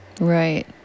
Right